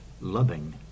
loving